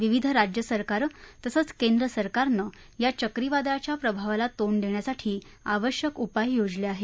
विविध राज्य सरकारं तसंच केंद्र सरकारनं या चक्रीवादळाच्या प्रभावाला तोंड देण्यासाठी आवश्यक उपाय योजले आहेत